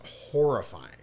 horrifying